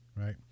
right